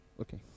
Okay